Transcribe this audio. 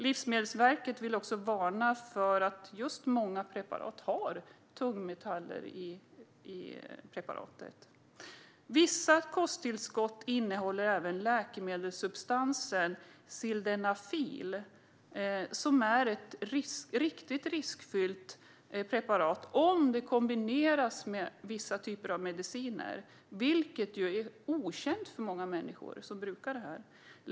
Livsmedelsverket vill också varna för att många preparat innehåller tungmetaller. Vissa kosttillskott innehåller även läkemedelssubstansen sildenafil som är riktigt riskfylld om den kombineras med vissa läkemedel, vilket är okänt för många människor som brukar kosttillskotten.